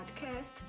podcast